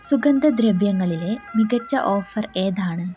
സുഗന്ധദ്രവ്യങ്ങളിലെ മികച്ച ഓഫർ ഏതാണ്